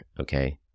okay